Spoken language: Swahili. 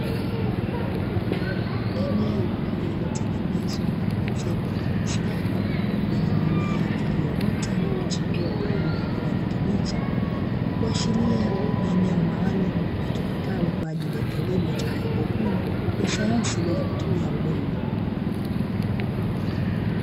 Eneo lililotengenezwa na kuezekwa kwa ustadi lenye mimea iliyoota na kuchipua kwa rangi ya kijani kibichi, kuashiria ni eneo maalumu litumikalo kwa ajili ya kilimo cha haidroponi sayansi bila kutumia udongo.